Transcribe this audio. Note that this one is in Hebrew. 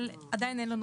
אבל עדיין אין לנו